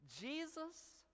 Jesus